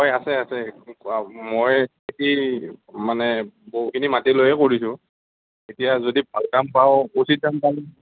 হয় আছে আছে মই খেতি মানে বহুখিনি মাটি লৈয়ে কৰিছোঁ এতিয়া যদি ভাল কাম পাওঁ